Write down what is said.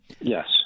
Yes